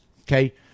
okay